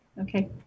okay